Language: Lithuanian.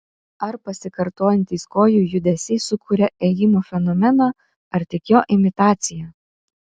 ar pasikartojantys kojų judesiai sukuria ėjimo fenomeną ar tik jo imitaciją